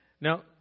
Now